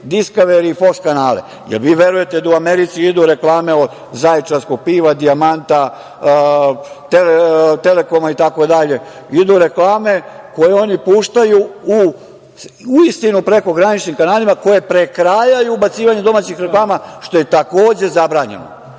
Diskaveri i Foks kanale. Jel vi verujete da u Americi idu reklame Zaječarskog piva, Dijamanta, Telekoma itd? Idu reklame koje oni puštaju uistinu prekograničnim kanalima koje prekrajaju ubacivanjem domaćih reklama, što je takođe zabranjeno.